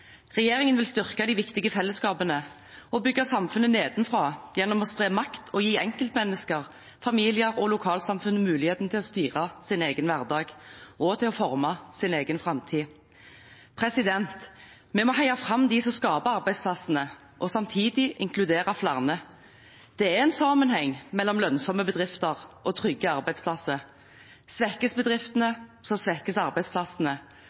Regjeringen vil styrke de viktige fellesskapene og bygge samfunnet nedenfra gjennom å spre makt og gi enkeltmennesker, familier og lokalsamfunn muligheten til å styre sin egen hverdag, og til å forme sin egen framtid. Vi må heie fram de som skaper arbeidsplassene, og samtidig inkludere flere. Det er en sammenheng mellom lønnsomme bedrifter og trygge arbeidsplasser. Svekkes bedriftene, svekkes arbeidsplassene